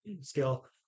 skill